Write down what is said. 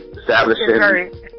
establishing